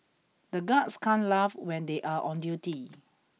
the guards can't laugh when they are on duty